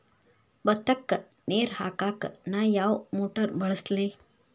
ಭತ್ತಕ್ಕ ನೇರ ಹಾಕಾಕ್ ನಾ ಯಾವ್ ಮೋಟರ್ ಬಳಸ್ಲಿ?